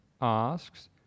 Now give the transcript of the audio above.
asks